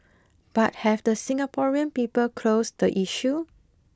but have the Singaporean people closed the issue